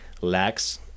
lacks